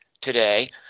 today